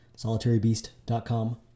solitarybeast.com